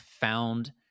found